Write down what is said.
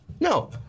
no